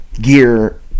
gear